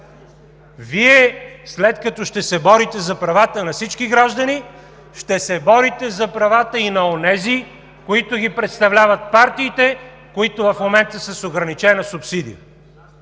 Вие, след като ще се борите за правата на всички граждани, ще се борите за правата и на онези, които ги представляват – партиите, които в момента са с ограничена субсидия.